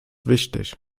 wichtig